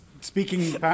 Speaking